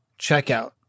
checkout